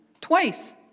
twice